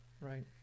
Right